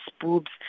boobs